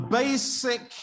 basic